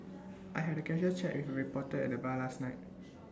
I had A casual chat with reporter at the bar last night